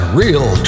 real